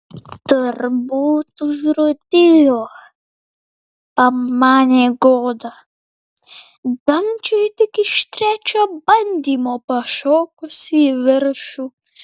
turbūt užrūdijo pamanė goda dangčiui tik iš trečio bandymo pašokus į viršų